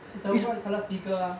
it's a white colour figure ah